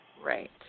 Right